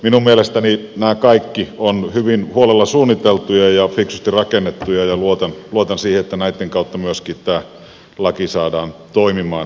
minun mielestäni nämä kaikki ovat hyvin huolella suunniteltuja ja fiksusti rakennettuja ja luotan siihen että näitten kautta myöskin tämä laki saadaan toimimaan